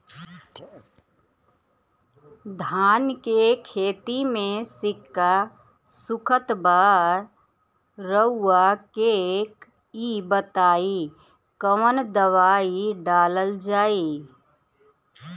धान के खेती में सिक्का सुखत बा रउआ के ई बताईं कवन दवाइ डालल जाई?